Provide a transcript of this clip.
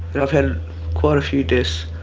know i've had quite a few deaths,